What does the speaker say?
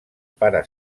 pare